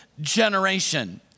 generation